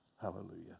Hallelujah